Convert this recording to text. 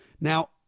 Now